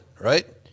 right